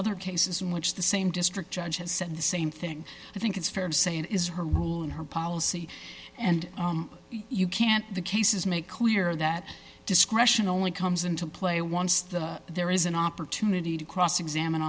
other cases in which the same district judge has said the same thing i think it's fair to say it is her rule and her policy and you can't the cases make clear that discretion only comes into play once the there is an opportunity to cross examine